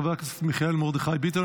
חבר הכנסת מיכאל מרדכי ביטון,